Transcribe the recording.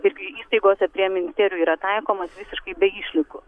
ir kai įstaigose prie ministerijų yra taikomas visiškai be išlygų